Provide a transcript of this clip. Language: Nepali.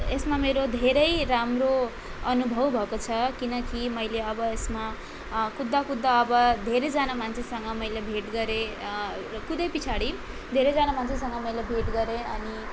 यसमा मेरो धेरै राम्रो अनुभव भएको छ किनकि मैले अब यसमा कुद्दा कुद्दा अब धेरैजना मान्छेसँग मैले भेट गरेँ कुदेँ पछाडि धेरैजना मान्छेसँग मैले भेट गरेँ अनि